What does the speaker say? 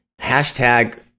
hashtag